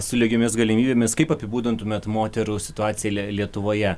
su lygiomis galimybėmis kaip apibūdintumėt moterų situaciją lietuvoje